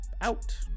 out